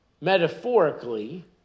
metaphorically